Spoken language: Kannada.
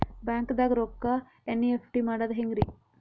ಬ್ಯಾಂಕ್ದಾಗ ರೊಕ್ಕ ಎನ್.ಇ.ಎಫ್.ಟಿ ಮಾಡದ ಹೆಂಗ್ರಿ?